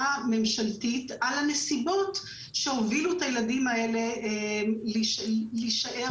ממשלתית על הנסיבות שהובילו את הילדים האלה להישכח